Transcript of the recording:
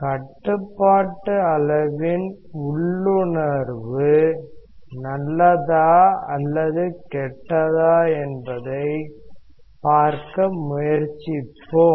கட்டுப்பாட்டு அளவின் உள்ளுணர்வு நல்லதா அல்லது கெட்டதா என்பதை பார்க்க முயற்சிப்போம்